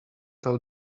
tell